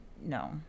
no